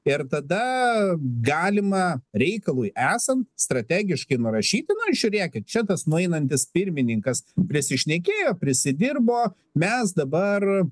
ir tada galima reikalui esant strategiškai nurašyti na ir žiūrėkit čia tas nueinantis pirmininkas prisišnekėjo prisidirbo mes dabar